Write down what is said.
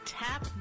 tap